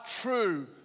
true